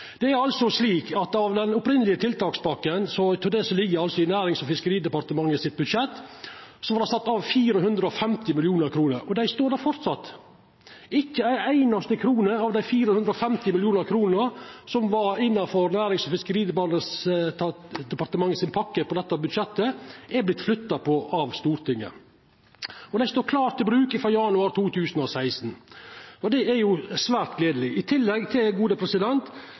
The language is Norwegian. Det er slik at av den opphavlege tiltakspakken er det sett av 450 mill. kr i Nærings- og fiskeridepartementet sitt budsjett, og dei står der framleis. Ikkje ei einaste krone av dei 450 mill. kr som var innanfor Nærings- og fiskeridepartementet sin pakke i dette budsjettet, er flytta på av Stortinget. Dei står klare til bruk frå januar 2016, og det er jo svært gledeleg. I tillegg